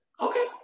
okay